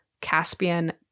Caspian